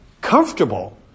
comfortable